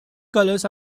colors